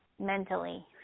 mentally